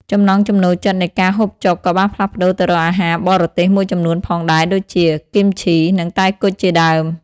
ចំណង់ចំណូលចិត្តនៃការហូបចុកក៏បានផ្លាស់ប្តូរទៅរកអាហារបរទេសមួយចំនួនផងដែរដូចជា គីមឈី និងតែគុជជាដើម។